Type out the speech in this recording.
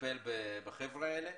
לטפל בחבר'ה האלה.